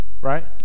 Right